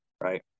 right